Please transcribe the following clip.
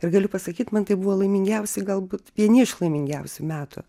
ir galiu pasakyt man tai buvo laimingiausi galbūt vieni iš laimingiausių metų